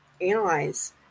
analyze